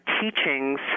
teachings